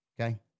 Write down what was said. Okay